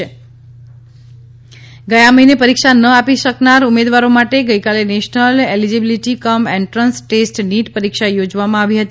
NEET ગયા મહિને પરીક્ષા ન આપી શકનારા ઉમેદવારો માટે ગઈકાલે national eligibility cum entrance test NEET પરીક્ષા યોજવામાં આવી હતી